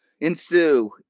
ensue